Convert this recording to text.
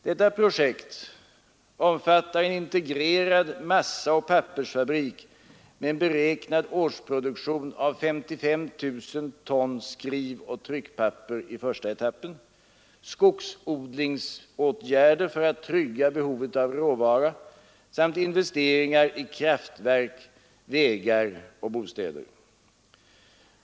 Detta projekt omfattar en integrerad massaoch pappersfabrik med en beräknad årsproduktion av 55 000 ton skrivoch tryckpapper i första etappen, skogsodlingsåtgärder för att trygga behovet av råvara samt investeringar i kraftverk, vägar och bostäder.